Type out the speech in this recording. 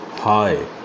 Hi